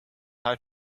how